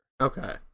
Okay